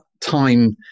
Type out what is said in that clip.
time